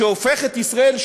שהופך את ישראל,